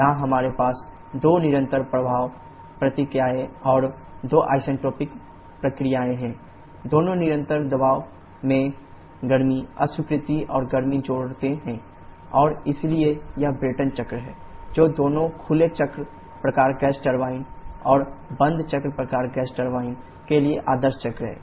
यहां हमारे पास दो निरंतर दबाव प्रक्रियाएं और दो आइसेंट्रोपिक प्रक्रियाएं हैं दोनों निरंतर दबाव में गर्मी अस्वीकृति और गर्मी जोड़ते हैं और इसलिए यह ब्रेटन चक्र है जो दोनों खुले चक्र प्रकार गैस टरबाइन और बंद चक्र प्रकार गैस टर्बाइन के लिए आदर्श चक्र है